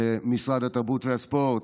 למשרד התרבות והספורט,